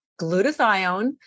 glutathione